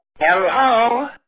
Hello